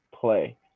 play